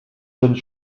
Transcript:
jeunes